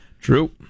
True